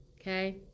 Okay